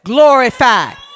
Glorified